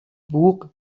بوق